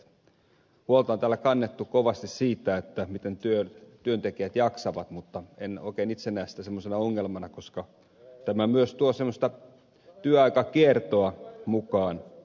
huolta on täällä kannettu kovasti siitä miten työntekijät jaksavat mutta en oikein itse näe sitä semmoisena ongelmana koska tämä myös tuo semmoista työaikakiertoa mukaan